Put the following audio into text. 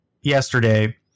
yesterday